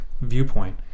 viewpoint